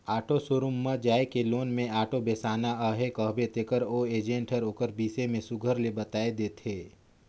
auto showroom म जाए के लोन में आॅटो बेसाना अहे कहबे तेकर ओ एजेंट हर ओकर बिसे में सुग्घर ले बताए देथे